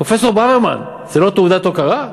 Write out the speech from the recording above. פרופסור ברוורמן, זו לא תעודת הוקרה?